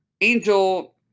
angel